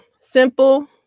simple